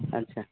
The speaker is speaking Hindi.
अच्छा